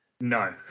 No